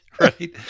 right